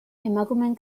emakumeen